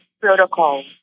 protocol